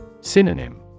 Synonym